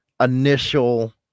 initial